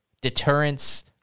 deterrence